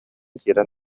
киирэн